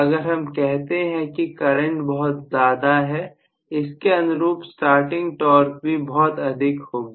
अगर हम कहते हैं कि करंट बहुत ज्यादा है इसके अनुरूप स्टार्टिंग टॉर्क भी बहुत अधिक होगी